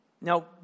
Now